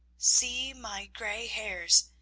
see my grey hairs.